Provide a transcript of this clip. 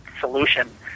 solution